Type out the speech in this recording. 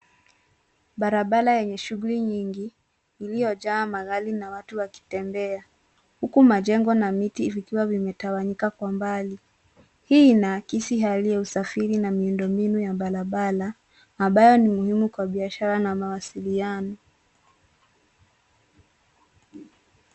Barabara yenye shuguli nyingi iliojaa magari na watu wakitembea huku majengo na miti vikiwa vimetawanyika kwa mbali. Hii inakisi hali ya usafiri na miundo mbinu ya barabara ambayo ni muhimu kwa biashara na mawasiliano.